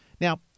Now